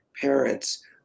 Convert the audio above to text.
parents